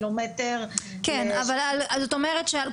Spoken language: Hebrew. המוסלמי על-פי הכללים שנקבעו לפני כל